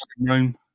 room